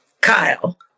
Kyle